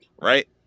right